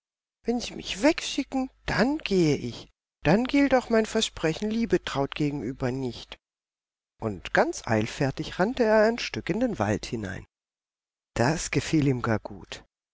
wenn sie mich wegschicken dann gehe ich dann gilt auch mein versprechen liebetraut gegenüber nicht und ganz eilfertig rannte er ein stück in den wald hinein das gefiel ihm gar gut